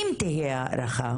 אם תהיה הארכה